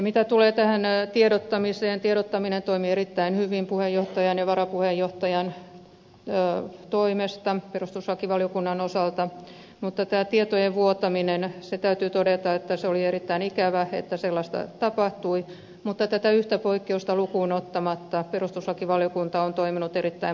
mitä tulee tähän tiedottamiseen tiedottaminen toimi erittäin hyvin puheenjohtajan ja varapuheenjohtajan toimesta perustuslakivaliokunnan osalta mutta tästä tietojen vuotamisesta täytyy todeta että oli erittäin ikävää että sellaista tapahtui mutta tätä yhtä poikkeusta lukuun ottamatta perustuslakivaliokunta on toiminut erittäin moitteettomasti